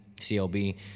CLB